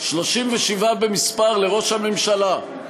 37 במספר, לראש הממשלה,